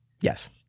Yes